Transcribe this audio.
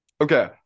Okay